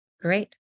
great